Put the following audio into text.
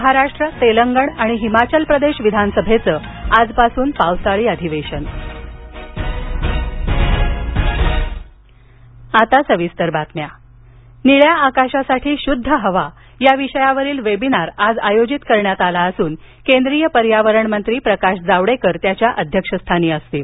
महाराष्ट्र तेलंगण आणि हिमाचल प्रदेश विधानसभेचं आजपासून पावसाळी अधिवेशन आता सविस्तर बातम्या जावडेकर निळ्या आकाशासाठी शुद्ध हवा या विषयावरील वेबिनार आज आयोजित करण्यात आला असून केंद्रीय पर्यावरणमंत्री प्रकाश जावडेकर त्याच्या अध्यक्षस्थानी असतील